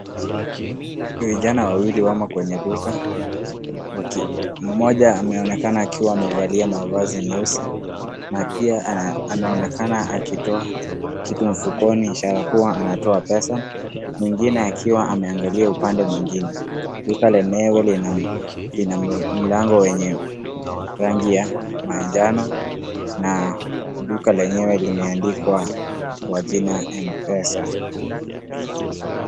Vijana wawili wamo kwenye duka. Mmoja ameonekana akiwa amevalia mavazi nyeusi na pia anaonekana akitoa kitu mfukoni ishara kuwa anatoa pesa mwingine akiwa ameangalia upande mwingine. Duka lenyewe lina mlango wenye rangi ya manjano na duka lenyewe limeandikwa kwa jina mpesa.